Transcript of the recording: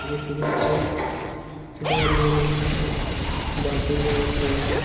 ਜਿਸ ਵਿੱਚ ਖਿਡਾਰੀਆਂ ਨੂੰ ਦਸ ਹਜ਼ਾਰ ਰੁਪਏ